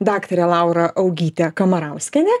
daktarė laura augytė kamarauskienė